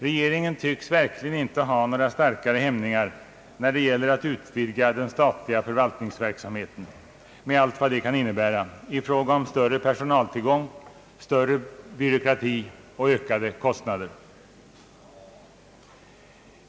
Regeringen tycks verkligen inte ha några starkare hämningar när det gäller att utvidga den statliga förvaltningsverksamheten med allt vad det kan innebära i fråga om större personaltillgång, större byråkrati och ökade kostnader.